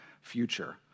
future